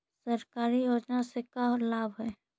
सरकारी योजना से का लाभ है?